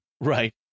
Right